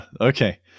Okay